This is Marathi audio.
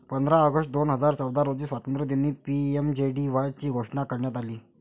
पंधरा ऑगस्ट दोन हजार चौदा रोजी स्वातंत्र्यदिनी पी.एम.जे.डी.वाय ची घोषणा करण्यात आली